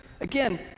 Again